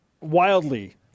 wildly